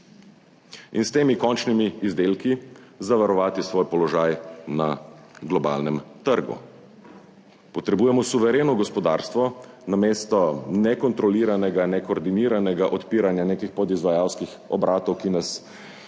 in s temi končnimi izdelki zavarovati svoj položaj na globalnem trgu. Potrebujemo suvereno gospodarstvo namesto nekontroliranega, nekoordiniranega odpiranja nekih podizvajalskih obratov, ki nas vodijo